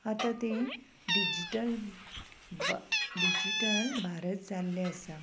आतां तें digital digital Bharat जाल्लें आसा